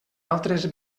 altres